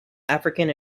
african